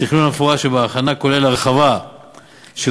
התכנון המפורט שבהכנה כולל הרחבה של